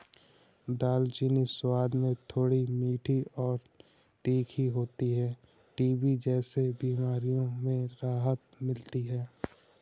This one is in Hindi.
दालचीनी स्वाद में थोड़ी मीठी और तीखी होती है टीबी जैसी बीमारियों में राहत मिलती है